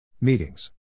Meetings